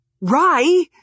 Rye